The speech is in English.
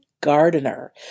gardener